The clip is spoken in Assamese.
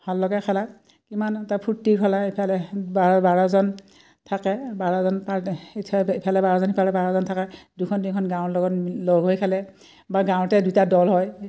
ভাল লগা খেলা কিমান এটা ফূৰ্তি হ'লে ইফালে বাৰ বাৰজন থাকে বাৰজন পফ ইফালে বাৰজন সিফালে বাৰজন থাকে দুখন তিনিখন গাঁৱৰ লগত লগ হৈ খেলে বা গাঁৱতে দুটা দল হয়